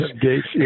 Gates